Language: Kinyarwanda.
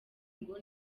ngo